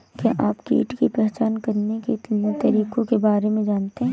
क्या आप कीट की पहचान करने के तरीकों के बारे में जानते हैं?